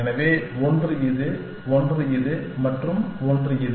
எனவே ஒன்று இது ஒன்று இது மற்றும் ஒன்று இது